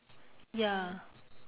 ya